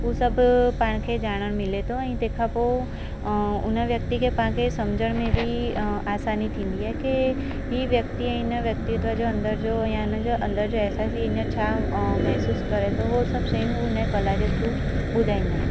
उहो सभु पाण खे ॼाणण मिले थो ऐं तंहिंखां पोइ उन व्यक्ती खे पाण खे सम्झण में बि आसानी थींदी आहे के इहो व्यक्ती ऐं हिन व्यक्तित्व जे अंदर जो यां हिन जे अंदर जो अहसास ई हिन छा महसूस करे थो उहे सभु शयूं हुन कला जे थ्रू ॿुधाईंदा आहिनि